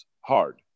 hard